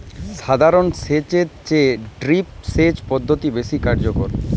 সাধারণ সেচ এর চেয়ে ড্রিপ সেচ পদ্ধতি বেশি কার্যকর